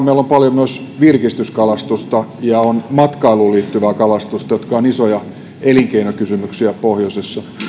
meillä on paljon myös virkistyskalastusta ja matkailuun liittyvää kalastusta jotka ovat isoja elinkeinokysymyksiä pohjoisessa